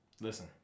Listen